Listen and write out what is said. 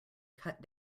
cut